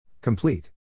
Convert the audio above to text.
Complete